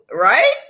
Right